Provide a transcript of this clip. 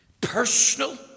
personal